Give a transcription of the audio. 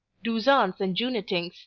deuzans and juneting-s,